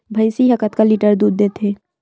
भंइसी हा कतका लीटर दूध देथे?